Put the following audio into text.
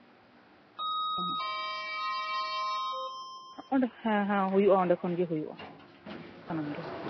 ᱚᱸᱰᱮ ᱦᱮᱸ ᱦᱮᱸ ᱚᱸᱰᱮ ᱠᱷᱚᱱᱜᱮ ᱦᱩᱭᱩᱜᱼᱟ ᱥᱟᱱᱟᱢ ᱜᱮ